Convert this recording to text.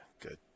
Good